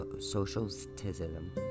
socialism